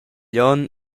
glion